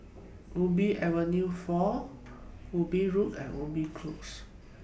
Ubi Avenue four Ubi Road and Ubi Close